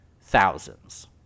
thousands